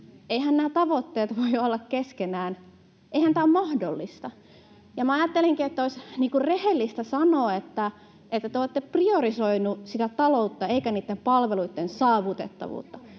Eiväthän nämä tavoitteet voi olla keskenään, eihän tämä ole mahdollista. Minä ajattelenkin, että olisi rehellistä sanoa, että te olette priorisoineet sitä taloutta eikä niitten palveluitten saavutettavuutta.